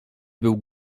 był